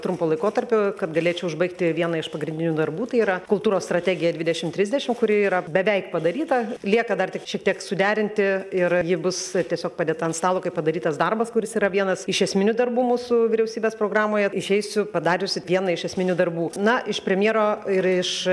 trumpo laikotarpio kad galėčiau užbaigti vieną iš pagrindinių darbų tai yra kultūros strategija dvidešimt trisdešimt kuri yra beveik padaryta lieka dar tik šiek tiek suderinti ir ji bus tiesiog padėta ant stalo kaip padarytas darbas kuris yra vienas iš esminių darbų mūsų vyriausybės programoje išeisiu padariusi vieną iš esminių darbų na iš premjero ir iš